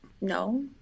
no